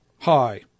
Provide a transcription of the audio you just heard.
Hi